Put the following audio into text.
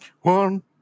one